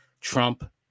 Trump